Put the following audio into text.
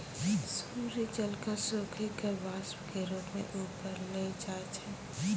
सूर्य जल क सोखी कॅ वाष्प के रूप म ऊपर ले जाय छै